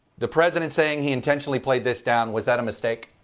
the president saying he intentionally played this down. was that a mistake?